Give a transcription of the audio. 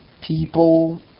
people